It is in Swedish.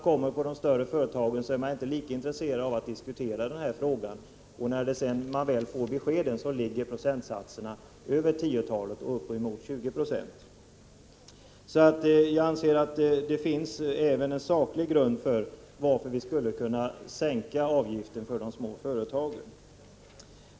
Vid de större företagen är man inte lika intresserad av att diskutera frågan. När man väl får besked visar det sig att frånvaron är över 10 96, ja bortåt 20 90. Därför anser jag att det finns en saklig grund för en sänkning när det gäller de små företagen.